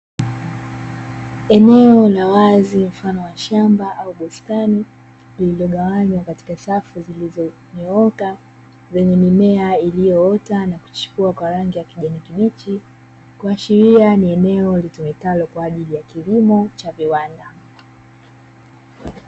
Eneo la wazi mfano wa shamba au bustani, lilizogawanywa katika safu zilizonyooka, zenye mimea iliyoota na kuchipua kwa rangi ya kijani kibichi, kuashiria ni eneo litumikalo kwa ajili ya kilimo cha viwanda.